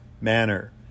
manner